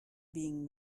being